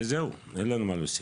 זהו, אין לנו מה להוסיף.